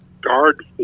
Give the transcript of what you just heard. guard